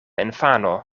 infano